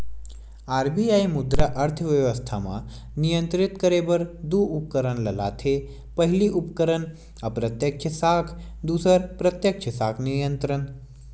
RBI मुद्रा अर्थबेवस्था म नियंत्रित करे बर दू उपकरन ल लाथे पहिली उपकरन अप्रत्यक्छ साख दूसर प्रत्यक्छ साख नियंत्रन